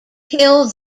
hill